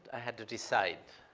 i had to decide.